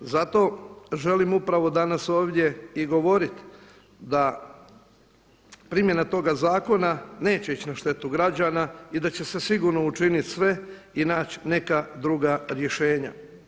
Zato želim upravo danas ovdje i govoriti da primjena toga zakona neće ići na štetu građana i da će se sigurno učiniti sve i naći neka druga rješenja.